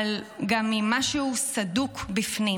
אבל גם עם משהו סדוק בפנים.